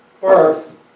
birth